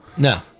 No